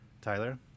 Tyler